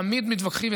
תמיד מתווכחים,